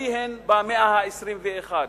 על-פיהם במאה ה-21.